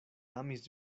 amis